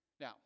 now